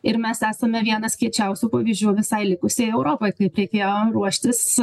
ir mes esame vienas kiečiausių pavyzdžių visai likusiai europai kaip reikėjo ruoštis